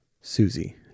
Susie